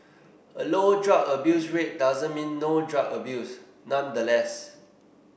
a low drug abuse rate doesn't mean no drug abuse nonetheless